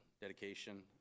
dedication